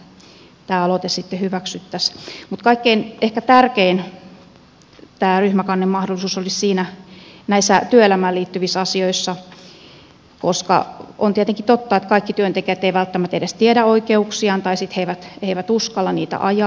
mutta tämä ryhmäkannemahdollisuus olisi ehkä kaikkein tärkein näissä työelämään liittyvissä asioissa koska on tietenkin totta että kaikki työntekijät eivät välttämättä edes tiedä oikeuksiaan tai sitten he eivät uskalla niitä ajaa